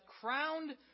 crowned